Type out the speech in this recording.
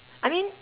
I mean